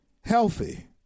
healthy